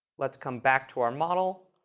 let's come back to our model,